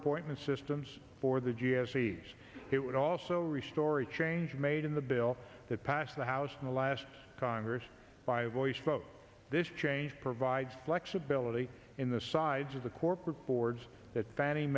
appointments systems for the g s a as it would also restore a change made in the bill that passed the house in the last congress by a voice vote this change provides flexibility in the sides of the corporate boards that fanni